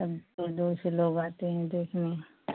सब दूर दूर से लोग आते हैं देखने